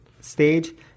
stage